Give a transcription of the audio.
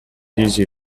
easy